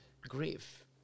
grief